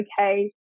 okay